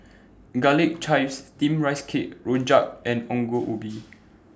Garlic Chives Steamed Rice Cake Rojak and Ongol Ubi